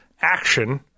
action